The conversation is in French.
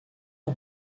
ans